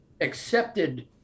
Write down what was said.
accepted